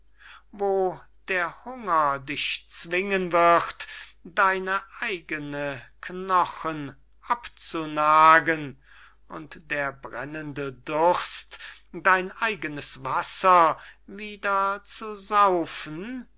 wo der hunger dich zwingen wird deine eigenen knochen abzunagen und der brennende durst dein eigenes wasser wieder zu saufen